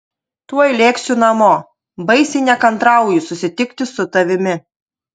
tuoj lėksiu namo baisiai nekantrauju susitikti su tavimi